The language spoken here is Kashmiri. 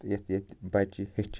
تہٕ ییٚتہِ ییٚتہِ بَچہٕ ہیٚچھِ